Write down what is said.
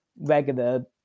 regular